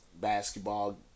basketball